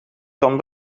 kan